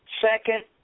Second